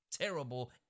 terrible